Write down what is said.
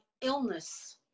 illness